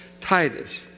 Titus